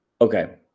okay